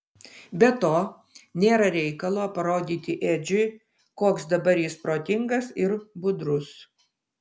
be to nėra reikalo parodyti edžiui koks dabar jis protingas ir budrus